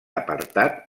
apartat